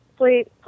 please